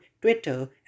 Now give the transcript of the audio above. Twitter